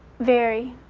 very.